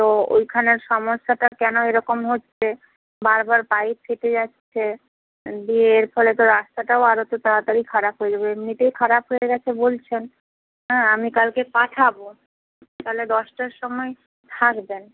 তো ওইখানের সমস্যাটা কেন এই রকম হচ্ছে বারবার পাইপ ফেটে যাচ্ছে দিয়ে এর ফলে তো রাস্তাটাও আরও তো তাড়াতাড়ি খারাপ হয়ে যাবে এমনিতেই খারাপ হয়ে গেছে বলছেন হ্যাঁ আমি কালকে পাঠাব তাহলে দশটার সময় থাকবেন